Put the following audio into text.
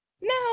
No